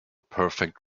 perfect